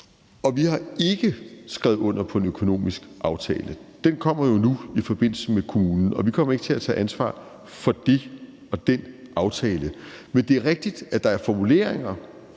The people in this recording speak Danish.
og vi har ikke skrevet under på en økonomisk aftale. Den kommer jo nu i forbindelse med kommunen, og vi kommer ikke til at tage ansvar for det og den aftale. Men det er rigtigt, at der er formuleringer